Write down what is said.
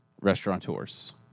restaurateurs